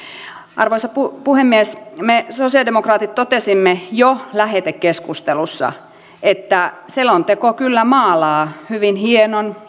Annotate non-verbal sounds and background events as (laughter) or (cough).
arvoisa puhemies me sosialidemokraatit totesimme jo lähetekeskustelussa että selonteko kyllä maalaa hyvin hienon (unintelligible)